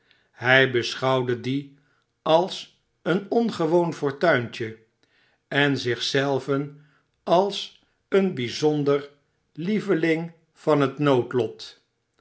hij beschouwde dien als een ongewoon fortuintje en zich zelven als een bijzonder lieveling van het noodlot